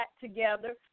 together